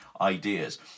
ideas